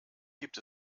gibt